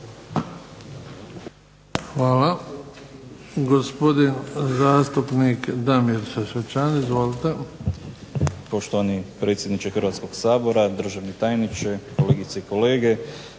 Hvala. Gospodin zastupnik Damir Sesvečan. Izvolite. **Sesvečan, Damir (HDZ)** Poštovani predsjedniče Hrvatskog sabora, državni tajniče, kolegice i kolege.